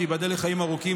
תיבדל לחיים ארוכים,